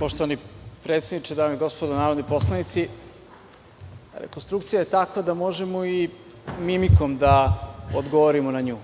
Poštovani predsedniče, dame i gospodo narodni poslanici, rekonstrukcija je takva da možemo i mimikom da odgovorimo na nju,